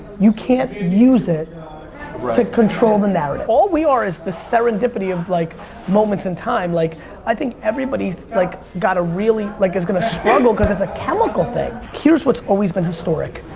you can't use it to control the narrative. all we are is the serendipity of like moments in time. like i think everybody's like got a really. like is gonna struggle because it's a chemical thing. here's what's always been historic,